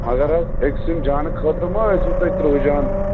مگرحظ أکۍ سٕنٛدۍ جانہٕ خٲطرٕ مہ ٲسوٕ تۄہِہ تٕرٛہ جانہٕ